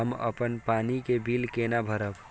हम अपन पानी के बिल केना भरब?